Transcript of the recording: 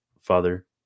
Father